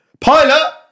Pilot